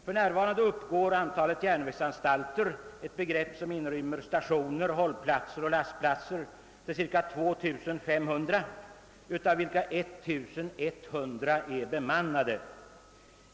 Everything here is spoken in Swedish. För närvarande uppgår antalet järnvägsanstalter, ett begrepp som inrymmer stationer, hållplatser och lastplatser, till cirka 2 500, av vilka 1100 är bemannade.